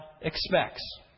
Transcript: expects